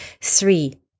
three